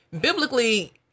Biblically